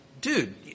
dude